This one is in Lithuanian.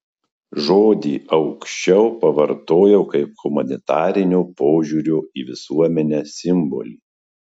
žodį aukščiau pavartojau kaip humanitarinio požiūrio į visuomenę simbolį